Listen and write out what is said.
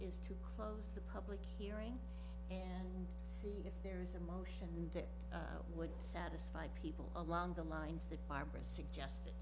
is to close the public hearing and see if there is a motion that would satisfy people along the lines that barbara suggested